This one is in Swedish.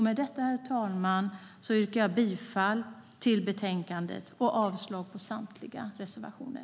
Med detta, herr talman, yrkar jag bifall till utskottets förslag i betänkandet och avslag på samtliga reservationer.